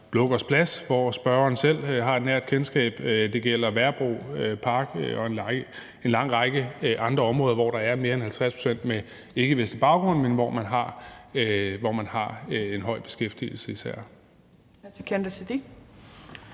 Blågårds Plads, som spørgeren selv har et nært kendskab til, og det gælder Værebroparken og en lang række andre områder, hvor der er mere end 50 pct. med ikkevestlig baggrund, men hvor man især har en høj beskæftigelse.